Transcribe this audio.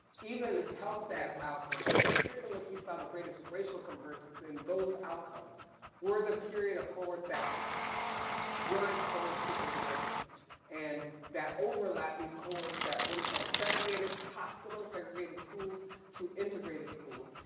even in health status outcomes, the period in which we saw the greatest racial convergence in those outcomes were the period of cohorts that were exposed to integration and that overlap these cohorts that went from segregated hospitals, segregated schools to integrated schools.